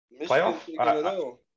playoff